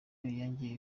yangije